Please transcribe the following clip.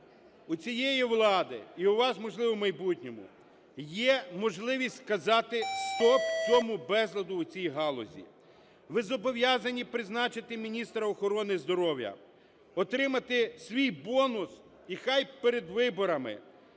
у цієї влади і у вас, можливо, в майбутньому є можливість сказати "стоп" цьому безладу у цій галузі. Ви зобов'язані призначити міністра охорони здоров'я, отримати свій бонус і хай перед виборами.